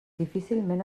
difícilment